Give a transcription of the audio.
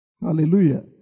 hallelujah